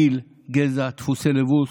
גיל, גזע, דפוסי לבוש,